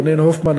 רונן הופמן,